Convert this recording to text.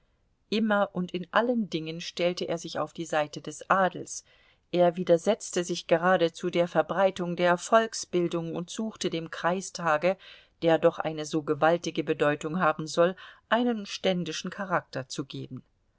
immer und in allen dingen stellte er sich auf die seite des adels er widersetzte sich geradezu der verbreitung der volksbildung und suchte dem kreistage der doch eine so gewaltige bedeutung haben soll einen ständischen charakter zu geben